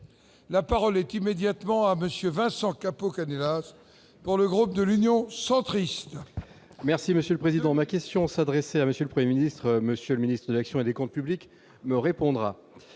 la parole est immédiatement à Monsieur Vincent Capo Canellas dans le groupe de l'Union centriste.